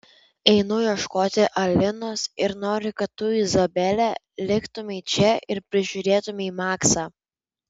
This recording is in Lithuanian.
einu ieškoti alinos ir noriu kad tu izabele liktumei čia ir prižiūrėtumei maksą